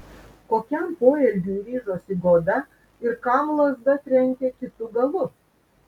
kokiam poelgiui ryžosi goda ir kam lazda trenkė kitu galu